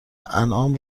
انعام